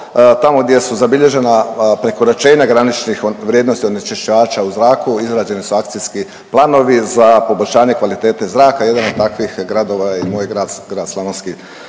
Tamo gdje su zabilježena prekoračenja graničnih vrijednosti onečišćača u zraku izrađeni su akcijski planovi za poboljšanje kvalitete zraka, jedan od takvih gradova je i moj grad, grad Slavonski